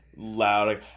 loud